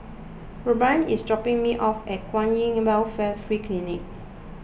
Robyn is dropping me off at Kwan in Welfare Free Clinic